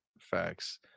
facts